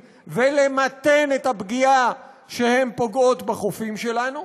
ולמתן את הפגיעה שהן פוגעות בחופים שלנו.